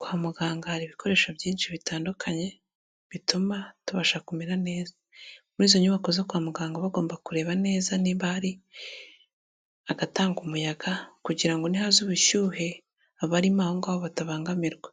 Kwa muganga hari ibikoresho byinshi bitandukanye, bituma tubasha kumera neza. Muri izo nyubako zo kwa muganga baba bagomba kureba neza niba hari agatanga umuyaga kugira ngo nihaza ubushyuhe, abarimo aho ngaho batabangamirwa.